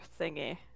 thingy